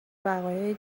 بقایای